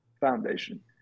foundation